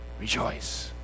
rejoice